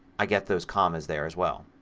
i get those commas there as well.